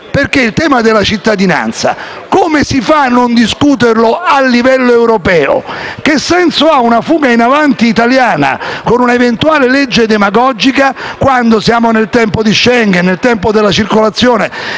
europeo. Il tema della cittadinanza, infatti, come si fa a non discuterlo a livello europeo? Che senso ha una fuga in avanti italiana con una eventuale legge demagogica, quando siamo nel tempo di Schengen e nel tempo della libera circolazione?